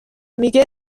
میگه